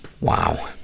Wow